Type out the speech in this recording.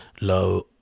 Low